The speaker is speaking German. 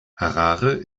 harare